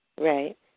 Right